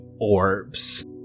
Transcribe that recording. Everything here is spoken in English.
orbs